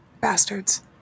Bastards